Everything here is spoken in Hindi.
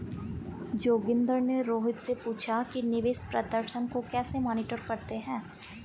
जोगिंदर ने रोहित से पूछा कि निवेश प्रदर्शन को कैसे मॉनिटर करते हैं?